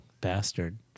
bastard